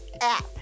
app